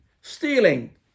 stealing